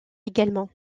également